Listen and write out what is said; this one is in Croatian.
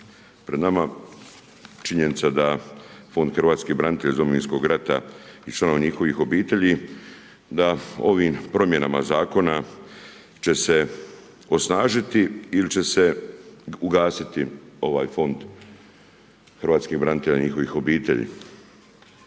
pred nama. Činjenica da Fond hrvatskih branitelja iz Domovinskog rata i članova njihovih obitelji da ovim promjenama zakona će se osnažiti ili će se ugasiti ovaj fond hrvatskih branitelja njihovih obitelji.